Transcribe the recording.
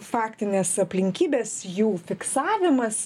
faktinės aplinkybės jų fiksavimas